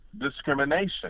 discrimination